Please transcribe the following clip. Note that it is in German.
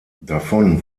davon